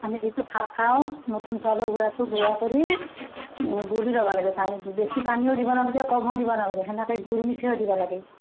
আমি যিটো ভাত খাওঁ নতুন চাউলৰ গুড়াটো গুড়া কৰি গুলি ল'বা লাগে পানী দি বেছি পানীও দিবা নালাগে কমো দিবা নালাগে সেনেকৈ গুড় মিঠৈ দিব লাগে